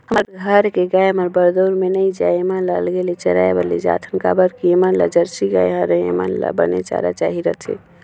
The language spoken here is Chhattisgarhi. हमर घर के गाय हर बरदउर में नइ जाये ऐमन ल अलगे ले चराए बर लेजाथन काबर के ऐमन ह जरसी गाय हरय ऐेमन ल बने चारा चाही रहिथे